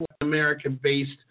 American-based